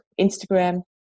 Instagram